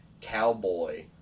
Cowboy